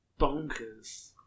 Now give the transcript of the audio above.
Bonkers